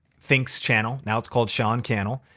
thinks channel, now it's called sean cannell.